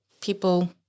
people